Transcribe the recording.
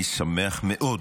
אני שמח מאוד,